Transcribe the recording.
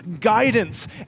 guidance